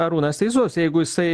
arūnas teisus jeigu jisai